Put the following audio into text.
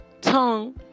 tongue